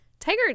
Tiger